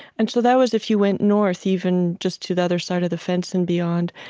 and so that was if you went north, even just to the other side of the fence and beyond,